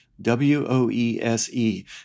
W-O-E-S-E